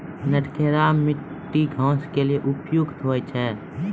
नटखेरा मिट्टी घास के लिए उपयुक्त?